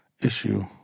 issue